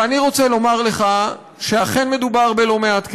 ואני רוצה לומר לך שאכן מדובר בלא-מעט כסף.